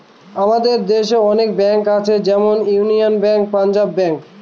আমাদের দেশে অনেক ব্যাঙ্ক আছে যেমন ইউনিয়ান ব্যাঙ্ক, পাঞ্জাব ব্যাঙ্ক